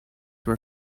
were